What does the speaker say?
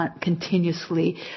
continuously